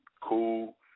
cool